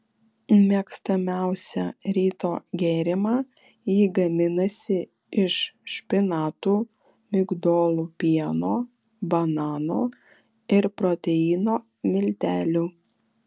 mėgstamiausią ryto gėrimą ji gaminasi iš špinatų migdolų pieno banano ir proteino miltelių